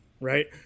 right